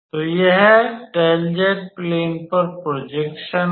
तो यह 𝜕z plane पर प्रॉजेक्शन है